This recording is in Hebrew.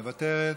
מוותרת,